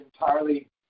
entirely